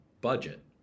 budget